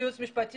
יש יועץ משפטי.